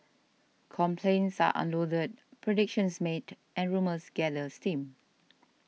complaints are unloaded predictions made and rumours gather steam